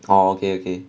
oh okay okay